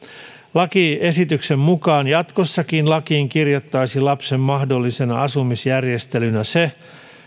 lakiesityksen mukaan jatkossakin lakiin kirjattaisiin lapsen mahdollisena asumisjärjestelynä se